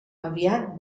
aviat